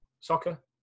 Soccer